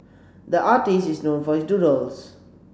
the artist is known for his doodles